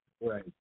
right